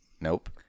Nope